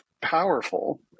powerful